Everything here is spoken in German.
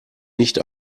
nicht